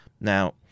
Now